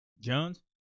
Jones